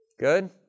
Good